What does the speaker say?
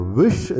wish